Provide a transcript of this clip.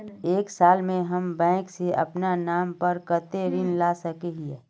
एक साल में हम बैंक से अपना नाम पर कते ऋण ला सके हिय?